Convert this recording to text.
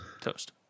Toast